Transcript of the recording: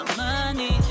money